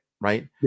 right